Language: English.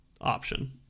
option